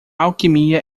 alquimia